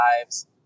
lives